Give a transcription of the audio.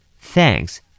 thanks